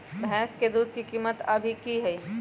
भैंस के दूध के कीमत अभी की हई?